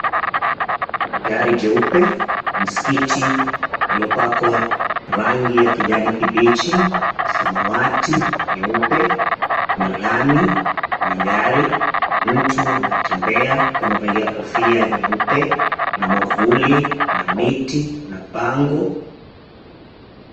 Gari jeupe, msikiti uliopakwa rangi ya kijani kibichi, samawati, nyeupe. Kuna lami, kuna gari, mtu anatembea akiwa amevalia kofia nyeupe, kuna mwavuli, kuna miti, kuna bango.